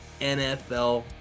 NFL